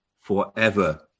forever